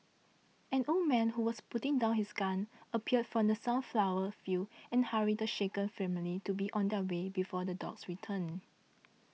an old man who was putting down his gun appeared from the sunflower fields and hurried the shaken family to be on their way before the dogs return